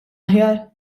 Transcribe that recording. aħjar